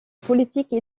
politique